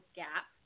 gap